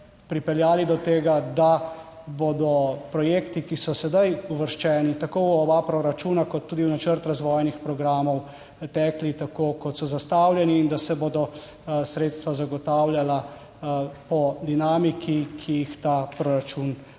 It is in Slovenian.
pripeljali do tega, da bodo projekti, ki so sedaj uvrščeni tako v oba proračuna kot tudi v načrt razvojnih programov, tekli tako kot so zastavljeni in da se bodo sredstva zagotavljala po dinamiki, ki jih ta proračun zahteva.